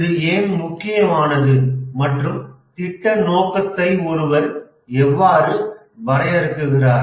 இது ஏன் முக்கியமானது மற்றும் திட்ட நோக்கத்தை ஒருவர் எவ்வாறு வரையறுக்கிறார்